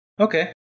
Okay